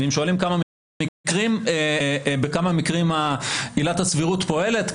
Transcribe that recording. ואם שואלים בכמה מקרים עילת הסבירות פועלת,